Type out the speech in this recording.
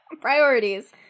Priorities